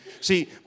See